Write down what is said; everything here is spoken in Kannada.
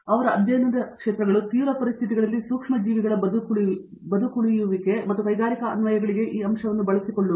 ಅವರ ಅಧ್ಯಯನದ ಕ್ಷೇತ್ರಗಳು ತೀವ್ರ ಪರಿಸ್ಥಿತಿಗಳಲ್ಲಿ ಸೂಕ್ಷ್ಮಜೀವಿಗಳ ಬದುಕುಳಿಯುವಿಕೆ ಮತ್ತು ಕೈಗಾರಿಕಾ ಅನ್ವಯಗಳಿಗೆ ಈ ಅಂಶವನ್ನು ಬಳಸಿಕೊಳ್ಳುತ್ತವೆ